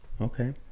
Okay